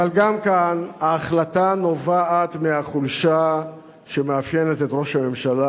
אבל גם כאן ההחלטה נובעת מהחולשה שמאפיינת את ראש הממשלה